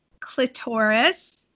clitoris